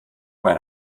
mein